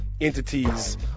entities